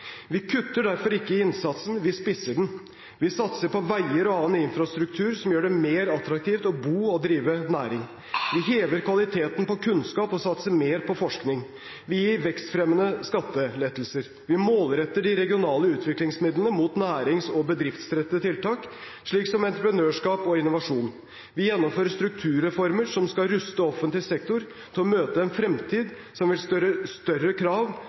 Vi kutter derfor ikke i innsatsen – vi spisser den. Vi satser på veier og annen infrastruktur, som gjør det mer attraktivt å bo og drive næring. Vi hever kvaliteten på kunnskap og satser mer på forskning. Vi gir vekstfremmende skattelettelser. Vi målretter de regionale utviklingsmidlene mot nærings- og bedriftsrettede tiltak, slik som entreprenørskap og innovasjon. Vi gjennomfører strukturreformer som skal ruste offentlig sektor til å møte en fremtid som vil stille større krav